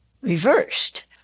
reversed